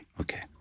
Okay